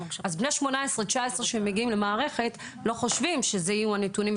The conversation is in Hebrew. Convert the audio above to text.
אז בני 18-19 שמגיעים למערכת לא חושבים שאלה יהיו הנתונים,